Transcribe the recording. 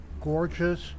gorgeous